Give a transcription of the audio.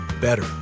better